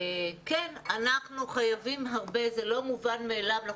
זה לא מובן מאליו,